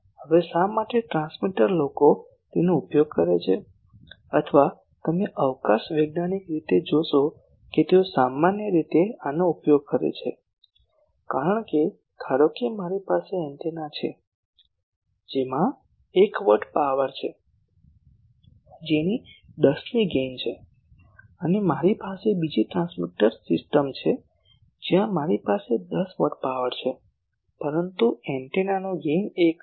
હવે શા માટે ટ્રાન્સમીટર લોકો તેનો ઉપયોગ કરે છે અથવા તમે અવકાશ વૈજ્ઞાનિક રીતે જોશો કે તેઓ સામાન્ય રીતે આનો ઉપયોગ કરે છે કારણ કે ધારો કે મારી પાસે એન્ટેના છે જેમાં 1 વોટ પાવર છે અને 10 ની ગેઇન છે અને મારી પાસે બીજી ટ્રાન્સમીટર સિસ્ટમ છે જ્યાં મારી પાસે 10 વોટ પાવર છે પરંતુ એન્ટેનાનો ગેઇન1 છે